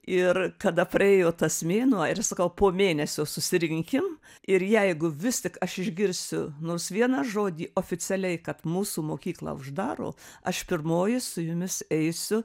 ir kada praėjo tas mėnuo ir sakau po mėnesio susirinkim ir jeigu vis tik aš išgirsiu nors vieną žodį oficialiai kad mūsų mokyklą uždaro aš pirmoji su jumis eisiu